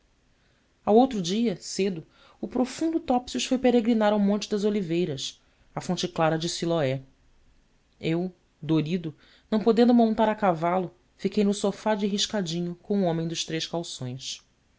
ao outro dia cedo o profundo topsius foi peregrinar ao monte das oliveiras à fonte clara de siloé eu dorido não podendo montar a cavalo fiquei no sofá de riscadinho com o homem dos três calções